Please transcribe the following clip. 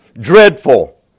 dreadful